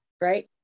right